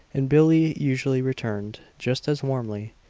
and billie usually returned, just as warmly,